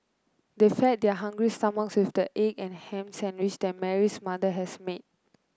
they fed their hungry stomachs with the egg and hams sandwiches that Mary's mother has made